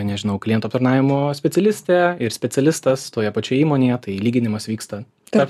nežinau klientų aptarnavimo specialistė ir specialistas toje pačioje įmonėje tai lyginimas vyksta tarp